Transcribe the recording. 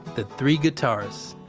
the three guitarists.